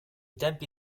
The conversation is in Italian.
tempi